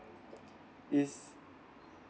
is